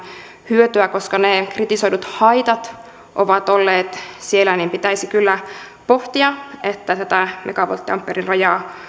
hyötyä koska ne kritisoidut haitat ovat olleet siellä niin pitäisi kyllä pohtia sitä että tämä megavolttiampeeriraja